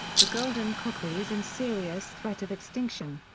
the golden coqui is in serious threat of extinction.